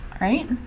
Right